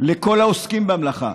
מפה לכל העוסקים במלאכה,